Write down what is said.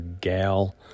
gal